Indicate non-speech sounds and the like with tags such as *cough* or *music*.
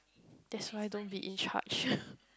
that's why don't be in charge *laughs*